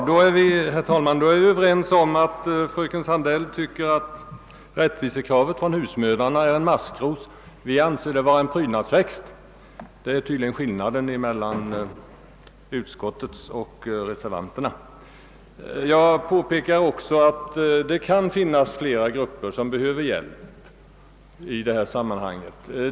Herr talman! Vi är då på det klara med att fröken Sandell tycker att husmödrarnas rättvisekrav kan liknas vid en maskros. Vi anser att det kan liknas vid en prydnadsväxt — detta är tydligen skillnaden mellan utskottsmajoritetens och reservanternas uppfattning. Jag vill också påpeka att det kan vara flera grupper som behöver hjälp i detta sammanhang.